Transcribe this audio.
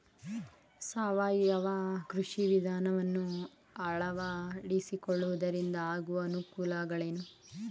ಸಾವಯವ ಕೃಷಿ ವಿಧಾನವನ್ನು ಅಳವಡಿಸಿಕೊಳ್ಳುವುದರಿಂದ ಆಗುವ ಅನುಕೂಲಗಳೇನು?